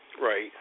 Right